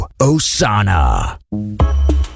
Osana